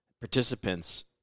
participants